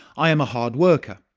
i am a hard-worker,